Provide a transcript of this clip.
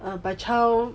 uh by child